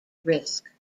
risk